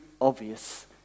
obvious